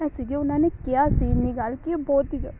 ਸੀਗੇ ਉਹਨਾਂ ਨੇ ਕਿਹਾ ਸੀ ਇੰਨੀ ਗੱਲ ਕਿ ਉਹ ਬਹੁਤ ਹੀ ਜ਼ਿਆਦਾ